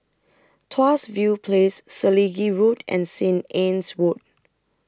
Tuas View Place Selegie Road and Saint Anne's Wood